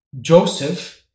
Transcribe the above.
Joseph